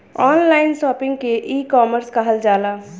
online shopping के ecommerce कहल जाला